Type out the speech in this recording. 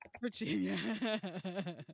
Virginia